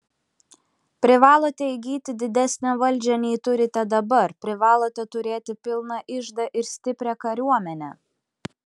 privalote įgyti didesnę valdžią nei turite dabar privalote turėti pilną iždą ir stiprią kariuomenę